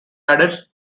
added